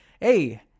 hey